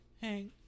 hang